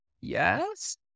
Yes